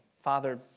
Father